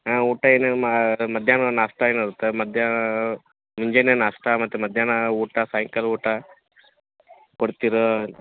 ಹಾಂ ಊಟ ಏನೇನು ಮಧ್ಯಾಹ್ನ ನಾಷ್ಟಾ ಏನಿರುತ್ತೆ ಮಧ್ಯಾಹ್ನ ಮುಂಜಾನೆ ನಾಷ್ಟಾ ಮತ್ತು ಮಧ್ಯಾಹ್ನ ಊಟ ಸಾಯಂಕಾಲ ಊಟ ಕೊಡ್ತೀರಾ